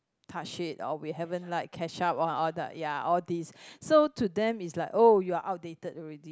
touch it or we haven't like catch up on all the ya all these so to them is like oh you're outdated already